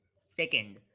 Second